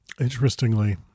Interestingly